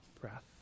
breath